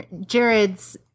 Jared's